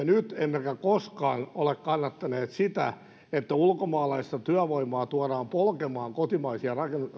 nyt emmekä koskaan ole kannattaneet sitä että ulkomaalaista työvoimaa tuodaan polkemaan kotimaisia